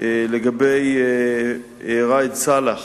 לגבי ראאד סלאח.